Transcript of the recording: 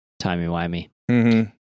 Timey-wimey